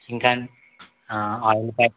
ఇంకా అండి ఆవు పాకెట్